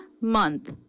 month